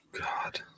God